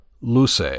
luce